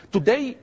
Today